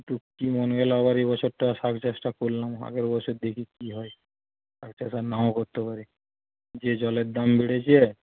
কিন্তু কি মন গেল আবার এবছরটা শাক চাষটা করলাম আগের বছর দেখি কি হয় শাক চাষ আর নাও করতে পারি যে জলের দাম বেড়েছে